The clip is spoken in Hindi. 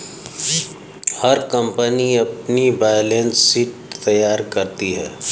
हर कंपनी अपनी बैलेंस शीट तैयार करती है